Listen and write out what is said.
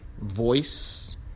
voice